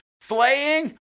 flaying